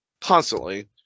constantly